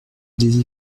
des